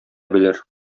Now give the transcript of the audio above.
белер